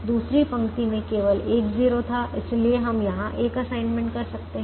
दूसरी पंक्ति में केवल एक 0 था इसलिए हम यहां एक असाइनमेंट कर सकते हैं